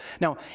Now